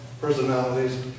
personalities